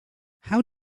how